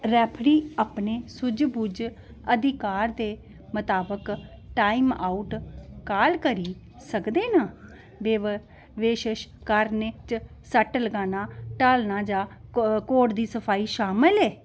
referee अपने सूझबुझ अधिकार दे मताबक टाइमआउट कॉल करी सकदे न ब बशेश कारणें च सट्ट लगाना टालना जां कोर्ट दी सफाई शामल ऐ